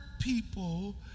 people